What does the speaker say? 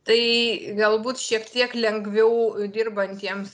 tai galbūt šiek tiek lengviau dirbantiems